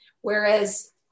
Whereas